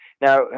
Now